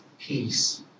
peace